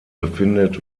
befindet